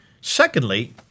Secondly